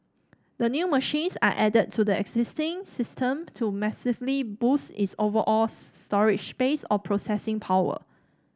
the new machines are added to the existing system to massively boost its overall storage space or processing power